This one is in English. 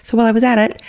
so while i was at it,